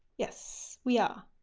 yes, we are.